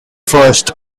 first